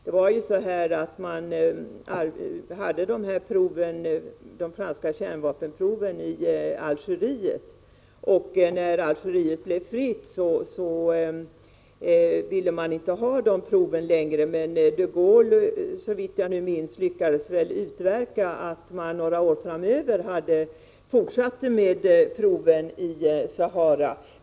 De franska kärnvapenproven utfördes först i Algeriet, och när Algeriet blev fritt ville man inte längre att proven skulle utföras där. De Gaulle lyckades, såvitt jag minns, utverka att Frankrike under några år framöver fick fortsätta med proven i Sahara.